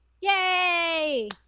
Yay